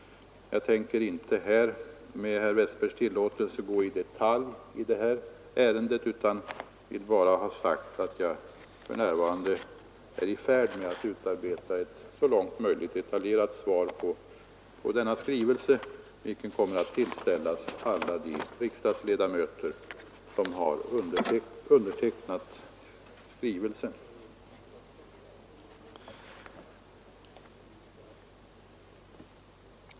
Med herr Westbergs tillåtelse skall jag inte gå närmare in på det här ärendet utan vill bara tala om, att jag för närvarande är i färd med att utarbeta ett så långt möjligt detaljerat svar på denna skrivelse, vilket kommer att tillställas alla de riksdagsledamöter som har undertecknat den.